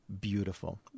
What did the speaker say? Beautiful